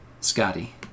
Scotty